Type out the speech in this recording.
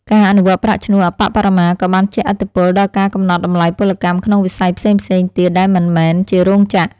ការអនុវត្តប្រាក់ឈ្នួលអប្បបរមាក៏បានជះឥទ្ធិពលដល់ការកំណត់តម្លៃពលកម្មក្នុងវិស័យផ្សេងៗទៀតដែលមិនមែនជារោងចក្រ។